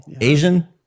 Asian